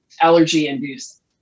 allergy-induced